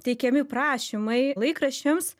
teikiami prašymai laikraščiams